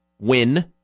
Win